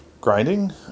grinding